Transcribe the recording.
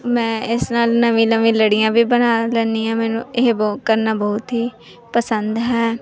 ਮੈਂ ਇਸ ਨਾਲ ਨਵੀਆਂ ਨਵੀਆਂ ਲੜੀਆਂ ਵੀ ਬਣਾ ਲੈਂਦੀ ਹਾਂ ਮੈਨੂੰ ਇਹ ਬਹੁਤ ਕਰਨਾ ਬਹੁਤ ਹੀ ਪਸੰਦ ਹੈ